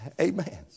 Amen